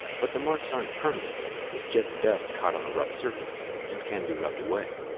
but the marks aren't permanent. it's just dust caught on the rough surface and can be rubbed away.